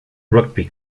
rugby